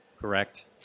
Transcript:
correct